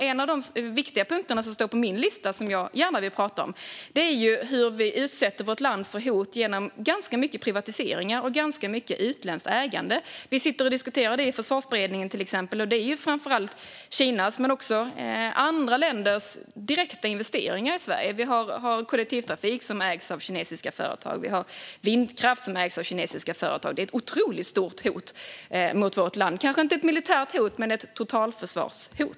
En av de viktiga punkterna som står på min lista och som jag gärna vill prata om är hur vi utsätter vårt land för hot genom ganska mycket privatiseringar och ganska mycket utländskt ägande. Vi diskuterar det i Försvarsberedningen till exempel. Det är framför allt Kinas, men också andra länders, direkta investeringar i Sverige. Det är kollektivtrafik som ägs av kinesiska företag och vindkraft som ägs av kinesiska företag. Det är ett otroligt stort hot mot vårt land, kanske inte ett militärt hot men ett totalförsvarshot.